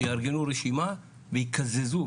יארגנו רשימה ויקזזו.